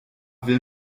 will